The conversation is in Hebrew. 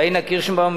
פניה קירשנבאום,